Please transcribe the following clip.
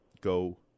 go